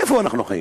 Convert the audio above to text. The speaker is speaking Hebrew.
איפה אנחנו חיים?